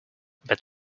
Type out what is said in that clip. but